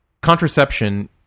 contraception